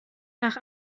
nach